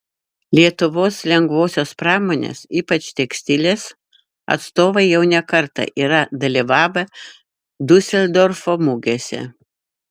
lietuvos lengvosios pramonės ypač tekstilės atstovai jau ne kartą yra dalyvavę diuseldorfo mugėse